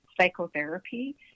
psychotherapy